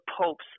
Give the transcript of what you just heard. popes